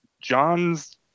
Johns